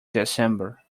december